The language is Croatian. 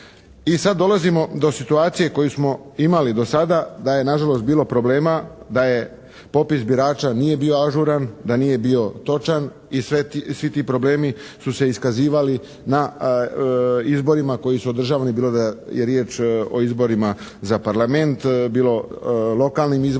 I sad dolazimo do situacije koju smo imali do sada da je na žalost bilo problema da je popis birača nije bio ažuran, da nije bio točan i svi ti problemi su se iskazivali na izborima koji su održavani bilo da je riječ o izborima za Parlament, bilo lokalnim izborima,